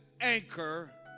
anchor